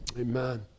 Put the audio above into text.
Amen